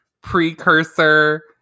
precursor